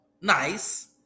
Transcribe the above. nice